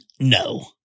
No